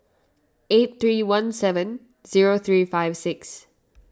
eight three one seven zero three five six